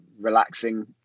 relaxing